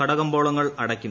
കടകമ്പോളങ്ങൾ അടക്കും